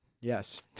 Yes